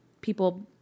people